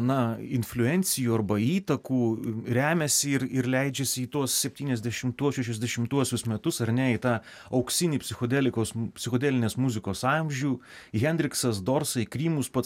na infliuencijų arba įtakų remiasi ir ir leidžiasi į tuos septyniasdešimtuosius šešiasdešimtuosius metus ar ne į tą auksinį psichodelikos psichodelinės muzikos amžių hendriksas dorsai krymus pats